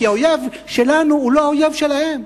כי האויב שלנו הוא לא האויב שלהם.